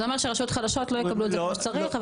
זה אומר שרשויות חלשות לא יקבלו את זה כמו שצריך.